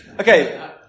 Okay